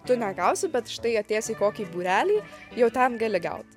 tu negausi bet štai atėjęs į kokį būrelį jau ten gali gaut